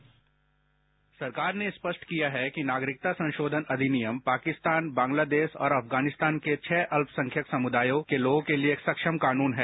sound bite सरकार ने स्पष्ट किया है कि नागरिकता संशोधन अधिनियम पाकिस्तान बांग्लादेश और अफगानिस्तान के छह अल्पसंख्यक समुदायों के लोगों के लिए एक सक्षम कानून है